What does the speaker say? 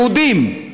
יהודים, בסדר?